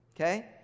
okay